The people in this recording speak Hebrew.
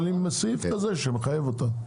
רק עם סעיף כזה שמחייב אותם.